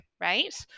right